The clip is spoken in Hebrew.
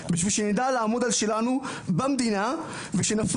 בשביל שנדע לעמוד על שלנו במדינה ושנפריד